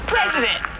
President